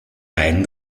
reihen